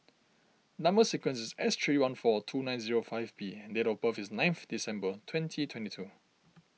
Number Sequence is S three one four two nine zero five B and date of birth is nine of December twenty twenty two